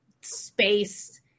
space